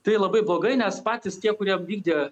tai labai blogai nes patys tie kurie vykdė